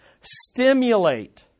stimulate